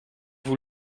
vous